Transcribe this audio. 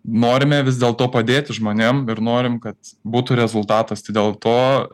norime vis dėlto padėti žmonėm ir norim kad būtų rezultatas tai dėl to